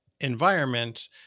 environment